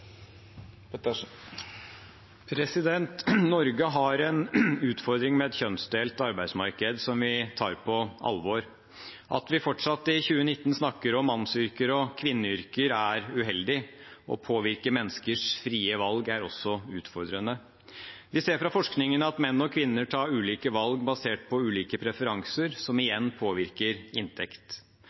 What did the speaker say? Norge har en utfordring med et kjønnsdelt arbeidsmarked, som vi tar på alvor. At vi fortsatt i 2019 snakker om mannsyrker og kvinneyrker, er uheldig. Å påvirke menneskers frie valg er også utfordrende. Vi ser fra forskningen at menn og kvinner tar ulike valg basert på ulike preferanser, som igjen påvirker inntekt.